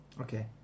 Okay